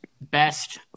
best